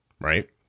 Right